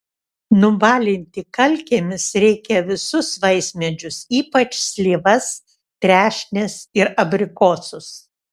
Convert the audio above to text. nubalinti kalkėmis reikia visus vaismedžius ypač slyvas trešnes ir abrikosus